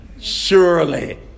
Surely